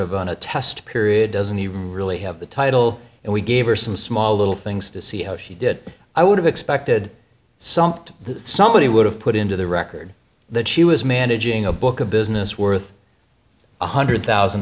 of on a test period doesn't he really have the title and we gave her some small little things to see how she did i would have expected some point somebody would have put into the record that she was managing a book a business worth one hundred thousand